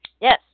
Yes